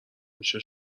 میشه